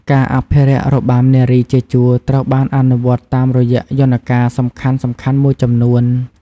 ការអភិរក្សរបាំនារីជាជួរត្រូវបានអនុវត្តតាមរយៈយន្តការសំខាន់ៗមួយចំនួន។